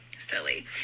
silly